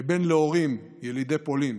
כבן להורים ילידי פולין,